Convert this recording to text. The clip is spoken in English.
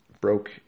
broke